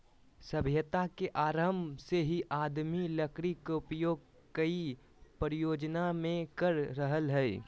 सभ्यता के आरम्भ से ही आदमी लकड़ी के उपयोग कई प्रयोजन मे कर रहल हई